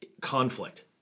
conflict